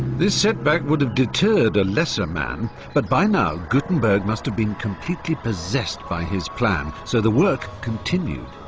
this setback would have deterred a lesser man but by now, gutenberg must have been completely possessed by his plan, so the work continued.